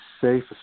safe